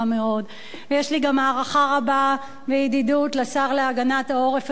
יש לי גם הערכה רבה וידידות לשר להגנת העורף החדש הנכנס,